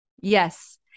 Yes